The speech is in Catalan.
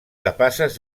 capaces